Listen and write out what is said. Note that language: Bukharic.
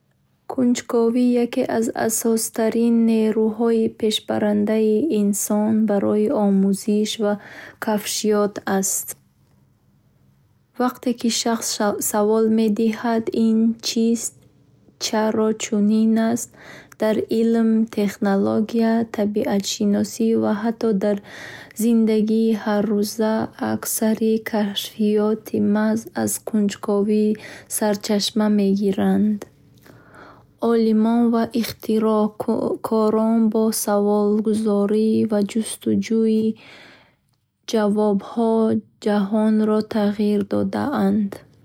Кунҷковӣ яке аз асоситарин нерӯҳои пешбарандаи инсон барои омӯзиш ва кашфиёт аст. Вақте ки шахс савол медиҳад: «Ин чист?», «Чаро чунин Дар илм, технология, табиатшиносӣ ва ҳатто дар зиндагии ҳаррӯза, аксари кашфиёт маҳз аз кунҷковӣ сарчашма мегиранд. Олимон ва ихтироъкорон бо саволгузорӣ ва ҷустуҷӯи ҷавобҳо ҷаҳонро тағйир додаанд.